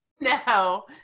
no